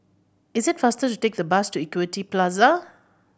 is it faster to take the bus to Equity Plaza